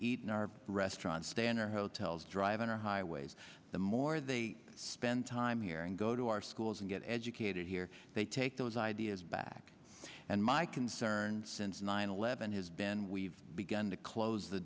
eat in our restaurants than our hotels drive on our highways the more they spend time here and go to our schools and get educated here they take those ideas back and my concern since nine eleven has been we've begun to close the